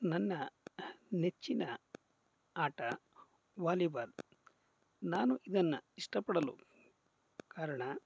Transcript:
ನನ್ನ ನೆಚ್ಚಿನ ಆಟ ವಾಲಿಬಾಲ್ ನಾನು ಇದನ್ನು ಇಷ್ಟಪಡಲು ಕಾರಣ